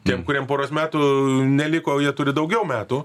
tiem kuriem poros metų neliko jie turi daugiau metų